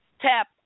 tap